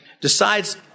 decides